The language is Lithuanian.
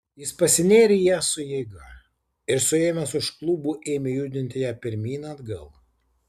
jis pasinėrė į ją su jėga ir suėmęs už klubų ėmė judinti ją pirmyn atgal